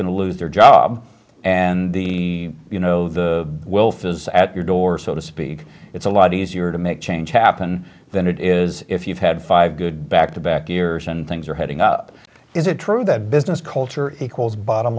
going to lose their job and you know the wealth is at your door so to speak it's a lot easier to make change happen than it is if you've had five good back to back years and things are heading up is it true that business culture b